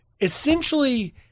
essentially